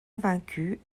invaincu